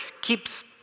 keeps